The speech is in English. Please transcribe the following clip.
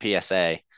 PSA